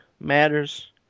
matters